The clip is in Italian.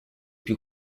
più